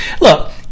Look